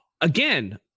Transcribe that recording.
again